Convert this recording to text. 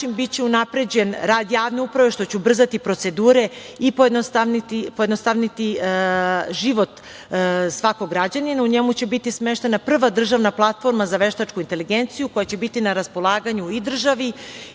biće unapređen rad javne uprave, što će ubrzati procedure i pojednostaviti život svakog građanina. U njemu će biti smeštena prva državna platforma za veštačku inteligenciju, koja će biti na raspolaganju i državi